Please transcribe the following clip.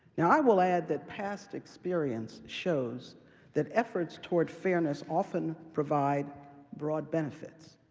now, i will add that past experience shows that efforts toward fairness often provide broad benefits.